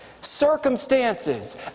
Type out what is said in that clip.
circumstances